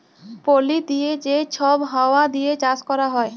পলি দিঁয়ে যে ছব হাউয়া দিঁয়ে চাষ ক্যরা হ্যয়